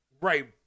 Right